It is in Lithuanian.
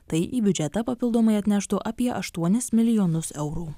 tai į biudžetą papildomai atneštų apie aštuonis milijonus eurų